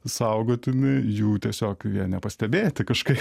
saugotini jų tiesiog nepastebėti kažkaip